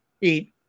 eat